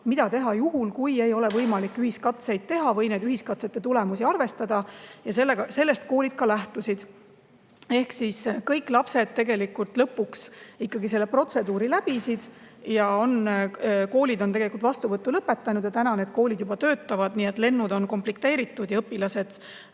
mida teha juhul, kui ei ole võimalik ühiskatseid teha või ühiskatsete tulemusi arvestada, ja sellest koolid ka lähtusid. Ja kõik lapsed tegelikult lõpuks ikkagi selle protseduuri läbisid. Koolid on vastuvõtu lõpetanud ja täna need koolid juba töötavad, nii et lennud on komplekteeritud ja õpilased koolides